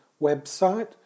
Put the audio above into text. website